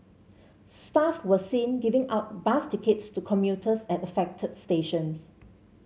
staff were seen giving out bus tickets to commuters at affected stations